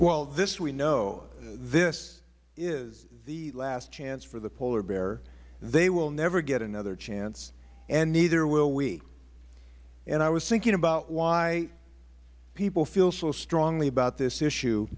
well this we know this is the last chance for the polar bear they will never get another chance and neither will we and i was thinking about why people feel so strongly about this issue